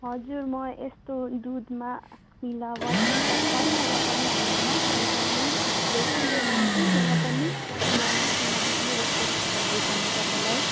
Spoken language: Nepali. हजुर म यस्तो दुधमा मिलावट त छैन र पनि हाम्रोमा हामी जहिले पनि फ्रेसै लिएर आउँछौँ र पनि म माफी माग्छु यस्तो उएस भएकोमा तपाईँलाई